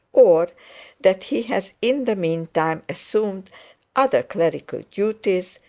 or that he has in the meantime assumed other clerical duties,